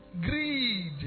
Greed